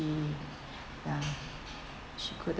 mm ya she couldn't